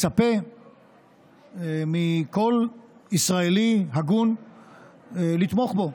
מצפה מכל ישראלי הגון לתמוך בו.